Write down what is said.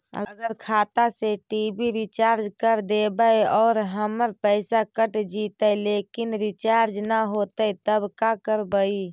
अगर खाता से टी.वी रिचार्ज कर देबै और हमर पैसा कट जितै लेकिन रिचार्ज न होतै तब का करबइ?